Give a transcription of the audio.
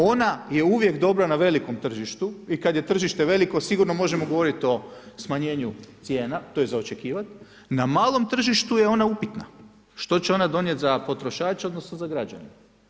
Ona je uvijek dobra na velikom tržištu i kada je tržište veliko sigurno možemo govoriti o smanjenju cijena, to je za očekivat, na malom tržištu je ona upitna što će ona donijet za potrošače odnosno za građane.